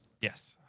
Yes